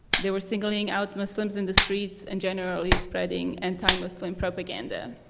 they were singling out muslims in the streets and generally spreading anti-muslim propaganda.